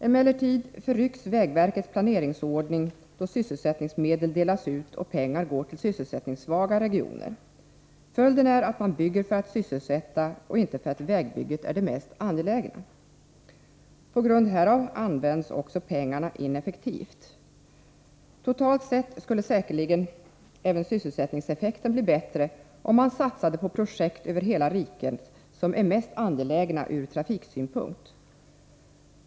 Emellertid förrycks vägverkets planeringsordning då sysselsättningsmedel delas ut och pengar går till sysselsättningssvaga regioner. Följden är att man bygger för att sysselsätta och inte för att vägbygget är det mest angelägna. På grund härav används också pengarna ineffektivt. Totalt sett skulle säkerligen även sysselsättningseffekten bli bättre, om man satsade på projekt över hela riket som är mest angelägna ur trafiksynpunkt.